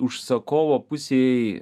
užsakovo pusėj